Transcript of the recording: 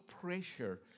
pressure